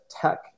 tech